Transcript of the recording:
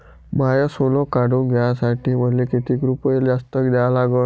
माय सोनं काढून घ्यासाठी मले कितीक रुपये जास्त द्या लागन?